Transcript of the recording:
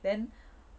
then